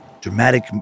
Dramatic